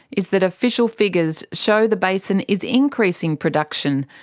is that official figures show the basin is increasing production,